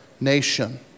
nation